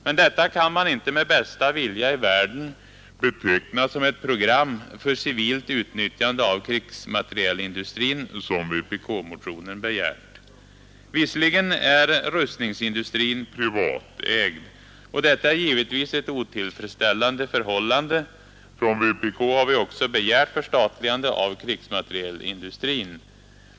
Men detta kan man inte med bästa vilja i världen beteckna som ett program för civilt utnyttjande av krigsmaterielindustrin, som vpk-motionen begärt. Visserligen är rustningsindustrin privatägd, och detta är givetvis ett otillfredsställande förhållande. Från vpk har vi också begärt förstatligande av krigsmaterielindustrin.